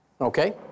Okay